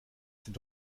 sind